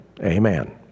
Amen